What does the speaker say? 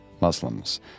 Muslims